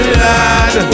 lad